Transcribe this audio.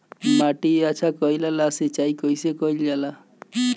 माटी अच्छा कइला ला सिंचाई कइसे कइल जाला?